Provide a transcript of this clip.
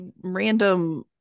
random